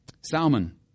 Salmon